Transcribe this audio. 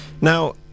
Now